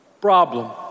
problem